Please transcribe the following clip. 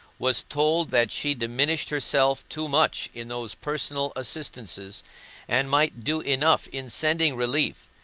was told that she diminished herself too much in those personal assistances and might do enough in sending relief,